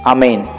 Amen